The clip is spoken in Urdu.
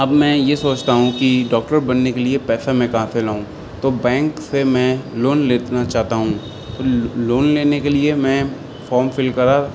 اب میں یہ سوچتا ہوں کہ ڈاکٹر بننے کے لیے پیسہ میں کہاں سے لاؤں تو بینک سے میں لون لینا چاہتا ہوں لون لینے کے لیے میں فام فل کرا